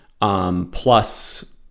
Plus